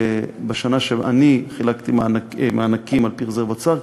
בשנה שאני חילקתי מענקים על-פי רזרבת שר,